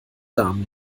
darm